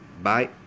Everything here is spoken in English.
bye